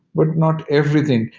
but not everything.